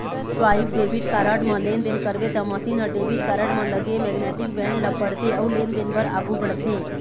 swipe debit card म लेनदेन करबे त मसीन ह डेबिट कारड म लगे मेगनेटिक बेंड ल पड़थे अउ लेनदेन बर आघू बढ़थे